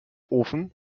ofen